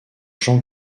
jean